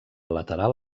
lateral